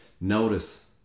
Notice